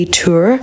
tour